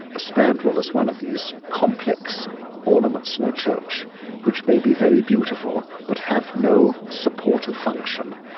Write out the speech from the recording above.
a spandrel is one of these complex ornaments in a church which may be very beautiful but have no supportive function.